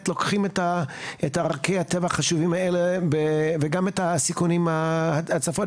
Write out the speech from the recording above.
לוקחים את ערכי הטבע החשובים האלה וגם את הסיכונים של ההצפות.